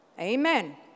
Amen